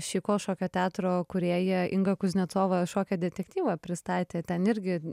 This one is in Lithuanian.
šeiko šokio teatro kūrėja inga kuznecova šokio detektyvą pristatė ten irgi